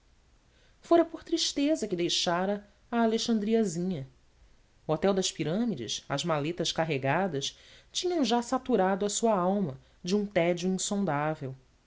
fora por tristeza que deixara a alexandriazinha o hotel das pirâmides as maletas carregadas tinham já saturado a sua alma de um tédio insondável